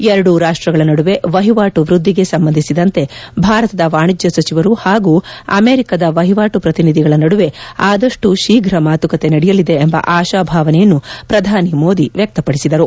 ಎರಡೂ ರಾಷ್ಗಗಳ ನಡುವೆ ವಹಿವಾಟು ವ್ಯಧಿಗೆ ಸಂಬಂಧಿಸಿದಂತೆ ಭಾರತದ ವಾಣಿಜ್ಞ ಸಚಿವರು ಹಾಗೂ ಅಮೆರಿಕದ ವಹಿವಾಟು ಶ್ರತಿನಿಧಿಗಳ ನಡುವೆ ಆದಷ್ಟು ಶೀಘ್ರ ಮಾತುಕತೆ ನಡೆಯಲಿದೆ ಎಂಬ ಆಶಾಭಾವನೆಯನ್ನು ಶ್ರಧಾನಿ ಮೋದಿ ವ್ಯಕ್ತಪಡಿಸಿದರು